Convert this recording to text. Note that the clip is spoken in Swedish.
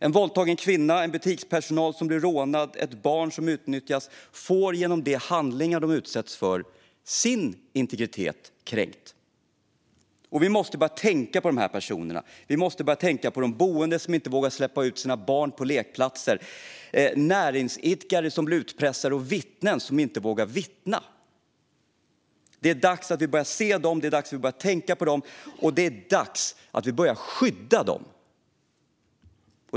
En våldtagen kvinna, butikspersonal som blir rånad eller ett barn som utnyttjas får genom de handlingar de utsätts för sin integritet kränkt. Vi måste börja tänka på de här personerna. Det är de boende som inte vågar släppa ut sina barn på lekplatser, näringsidkare som blir utpressade och vittnen som inte vågar vittna. Det är dags att vi börjar att se dem. Det är dags att vi börjar tänka på dem. Det är dags att vi börjar skydda dem.